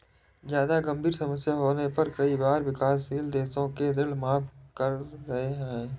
जादा गंभीर समस्या होने पर कई बार विकासशील देशों के ऋण माफ करे गए हैं